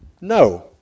no